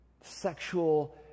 Sexual